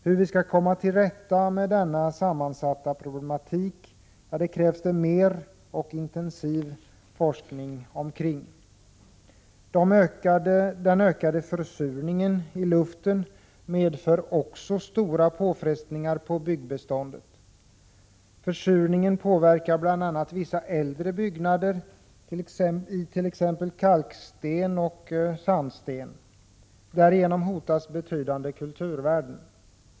Hur vi skall komma till rätta med denna sammansatta problematik krävs det mer och intensivare forskning omkring. Den ökade försurningen i luften medför också stora påfrestningar på byggbeståndet. Försurningen påverkar bl.a. vissa äldre byggnader i t.ex. kalksten och sandsten. Därigenom hotas betydande kulturvärden.